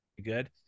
good